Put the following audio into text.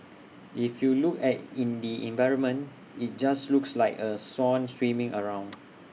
if you look at in the environment IT just looks like A swan swimming around